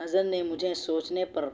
نظر نے مجھے سوچنے پر